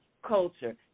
culture